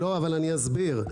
אני אסביר.